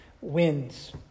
wins